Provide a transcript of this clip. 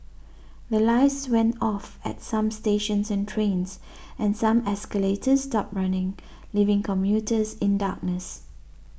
the lights went off at some stations and trains and some escalators stopped running leaving commuters in darkness